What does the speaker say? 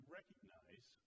recognize